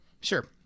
Sure